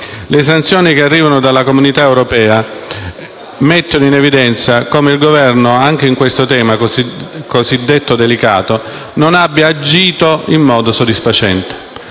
Le sanzioni che arrivano dall'Unione europea mettono in evidenza come il Governo, anche su questo tema così delicato, non abbia agito in modo soddisfacente.